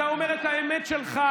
אתה אומר את האמת שלך,